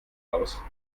aus